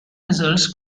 results